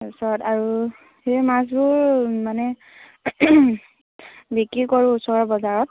তাৰপিছত আৰু সেই মাছবোৰ মানে বিক্ৰী কৰোঁ ওচৰৰ বজাৰত